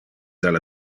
del